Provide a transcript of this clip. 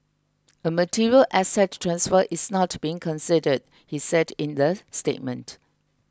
a material asset transfer is not being considered he said in the statement